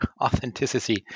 authenticity